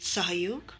सहयोग